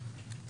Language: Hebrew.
תוכל?